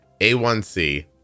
A1C